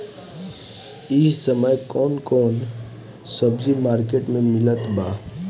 इह समय कउन कउन सब्जी मर्केट में मिलत बा?